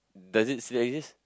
does it still exist